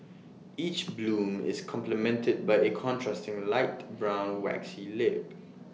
each bloom is complemented by A contrasting light brown waxy lip